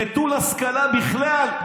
נטול השכלה בכלל,